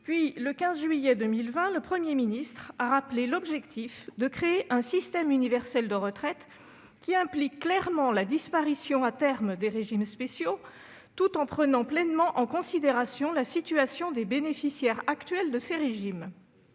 Le 15 juillet 2020, le Premier ministre Jean Castex a toutefois rappelé l'objectif de « créer un système universel de retraite qui implique clairement la disparition à terme des régimes spéciaux tout en prenant pleinement en considération la situation des bénéficiaires actuels de ces régimes